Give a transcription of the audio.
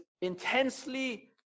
intensely